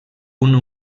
una